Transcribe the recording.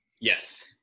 Yes